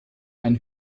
ein